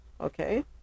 Okay